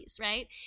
right